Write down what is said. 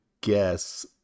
guess